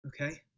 Okay